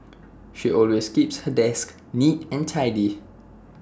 she always keeps her desk neat and tidy